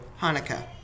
Hanukkah